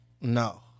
no